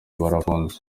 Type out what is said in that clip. barafunze